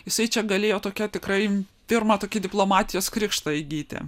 jisai čia galėjo tokia tikrai pirmą tokį diplomatijos krikštą įgyti